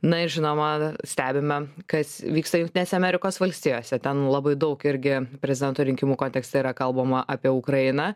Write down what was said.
na žinoma stebime kas vyksta jungtinėse amerikos valstijose ten labai daug irgi prezidento rinkimų kontekste yra kalbama apie ukrainą